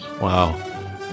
Wow